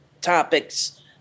topics